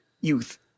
Youth